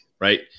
right